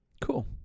cool